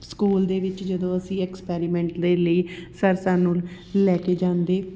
school ਦੇ ਵਿੱਚ ਜਦੋਂ ਅਸੀਂ ਐਕਸਪੈਰੀਮੈਂਟ ਦੇ ਲਈ ਸਰ ਸਾਨੂੰ ਲੈ ਕੇ ਜਾਂਦੇ